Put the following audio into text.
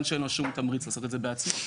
שאין לו שום תמריץ לעשות את זה בעצמו.